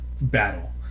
battle